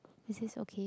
this is okay